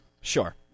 sure